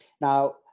Now